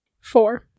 Four